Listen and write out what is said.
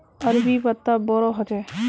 अरबी पत्ता बोडो होचे